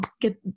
get